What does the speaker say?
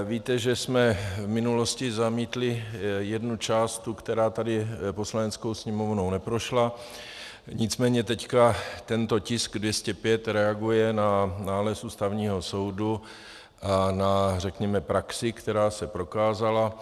Víte, že jsme v minulosti zamítli jeden námět, část, která tady Poslaneckou sněmovnou neprošla, nicméně teď tento tisk 205 reaguje na nález Ústavního soudu a řekněme na praxi, která se prokázala.